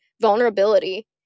vulnerability